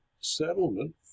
settlement